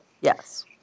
Yes